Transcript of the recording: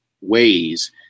ways